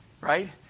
right